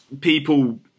people